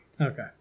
Okay